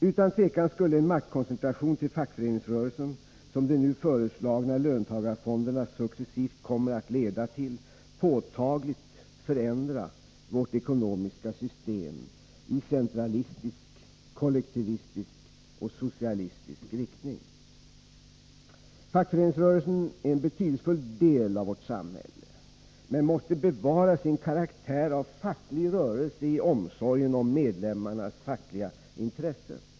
Utan tvivel skulle en maktkoncentration till fackföreningsrörelsen, som de nu föreslagna löntagarfonderna successivt kommer att leda till, påtagligt förändra vårt ekonomiska system i centralistisk, kollektivistisk och socialistisk riktning. Fackföreningsrörelsen är en betydelsefull del av vårt samhälle men måste bevara sin karaktär av facklig rörelse i omsorgen om medlemmar nas fackliga intressen.